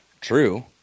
True